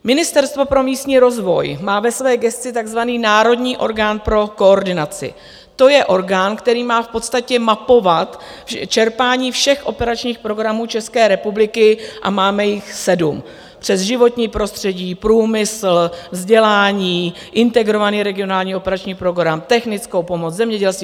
Ministerstvo pro místní rozvoj má ve své gesci takzvaný Národní orgán pro koordinaci, to je orgán, který má v podstatě mapovat čerpání všech operačních programů České republiky, a máme jich sedm, přes životní prostředí, průmysl, vzdělání, Integrovaný regionální operační program, technickou pomoc, zemědělství.